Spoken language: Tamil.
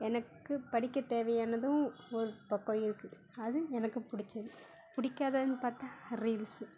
எனக்கு படிக்க தேவையானதும் ஒரு பக்கம் இருக்குது அது எனக்கு பிடிச்சது பிடிக்காததுனு பார்த்தா ரீல்ஸு